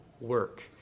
work